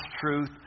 truth